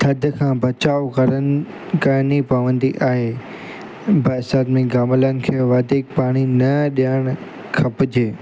थधि खां बचाव करनि करिणी पवंदी आहे बरसाति में गमलनि खे वधीक पाणी न ॾियणु खपजे